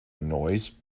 noise